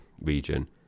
region